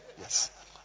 Yes